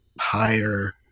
higher